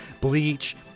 bleach